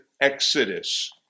Exodus